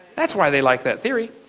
that's why they like that theory.